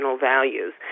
values